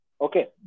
Okay